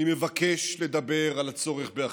אני מבקש לדבר על הצורך באחדות.